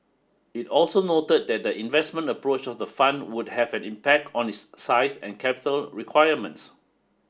it also noted that the investment approach of the fund would have an impact on its size and capital requirements